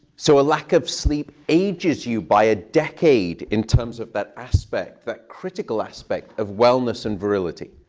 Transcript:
so a lack of sleep ages you by a decade in terms of that aspect, that critical aspect of wellness and virility.